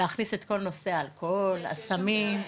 להכניס את כל נושא האלכוהול והסמים.